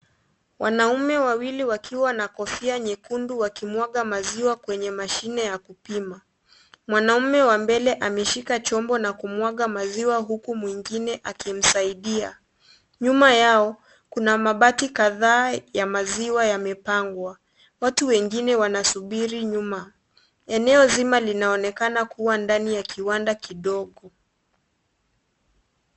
Wanaume wawili wakiwa na kofia nyekundu wakimwaga maziwa kwenye mashine ya kupima, mwanaume wa mbele ameshika chombo na kumwaga maziwa huku mwingine akimsaidia, nyuma yao, kuna mabati kadhaa ya maziwa yamepangwa, watu wengine wanasubiri nyuma, eneo nzima linaonekana kuwa ndani ya kiwanda kidogo.